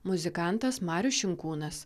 muzikantas marius šinkūnas